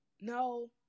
No